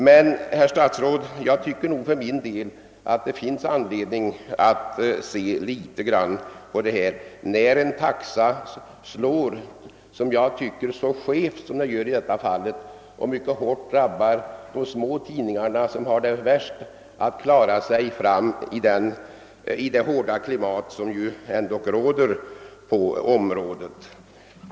Men jag tycker, herr statsråd, att det finns anledning att studera denna sak litet närmare, när en taxa slår så skevt som den gör i detta fall och så hårt drabbar de små tidningarna, som har svårast att klara sig i det hårda klimat som råder på tidningsområdet.